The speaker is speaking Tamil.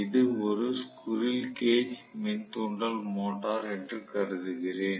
இது ஒரு ஸ்குரில் கேஜ் மின் தூண்டல் மோட்டார் என்று கருதுகிறேன்